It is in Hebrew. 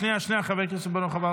שנייה, חבר הכנסת בוארון, אבל